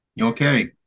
Okay